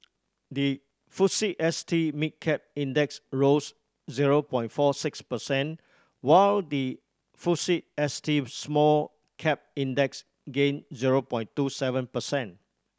the FUSE S T Mid Cap Index rose zero point four six percent while the FUSE S T Small Cap Index gained zero point two seven percent